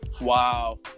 Wow